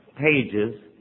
pages